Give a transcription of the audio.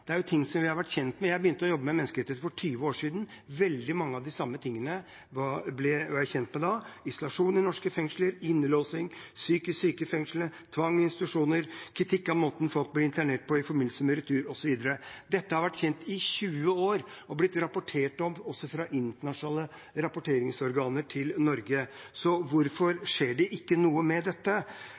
vi har vært kjent med. Jeg begynte å jobbe med menneskerettigheter for 20 år siden, og jeg ble kjent med veldig mye av det samme da: isolasjon i norske fengsler, innlåsing, psykisk syke i fengslene, tvang i institusjoner, kritikk av måten folk blir internert på i forbindelse med retur, osv. Dette har vært kjent i 20 år og blitt rapportert om også fra internasjonale rapporteringsorganer til Norge. Så hvorfor skjer det ikke noe med dette?